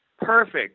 perfect